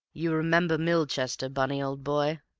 you remember milchester, bunny, old boy?